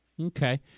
Okay